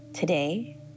today